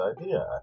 idea